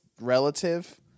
relative